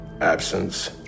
absence